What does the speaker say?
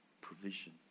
Provision